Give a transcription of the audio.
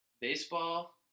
Baseball